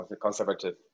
conservative